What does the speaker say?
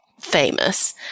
famous